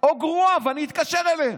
או גרועה, ואני אתקשר אליהם,